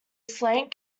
slant